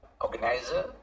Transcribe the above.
organizer